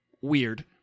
weird